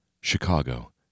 Chicago